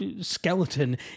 skeleton